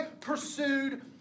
pursued